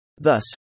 Thus